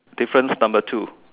difference number two